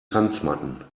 tanzmatten